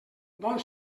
bon